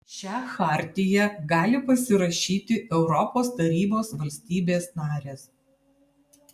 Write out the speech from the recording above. šią chartiją gali pasirašyti europos tarybos valstybės narės